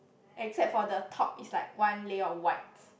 except for the top it's like one layer of whites